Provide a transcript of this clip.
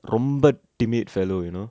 ரொம்ப:romba teammate fellow you know